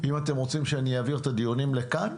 אם אתם רוצים שאני אעביר את הדיונים לכאן,